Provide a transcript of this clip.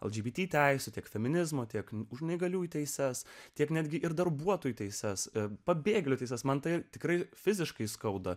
lgbt teisių tiek feminizmo tiek už neįgaliųjų teises tiek netgi ir darbuotojų teises ir pabėgėlio teises man tai tikrai fiziškai skauda